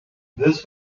this